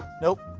nope.